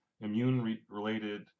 immune-related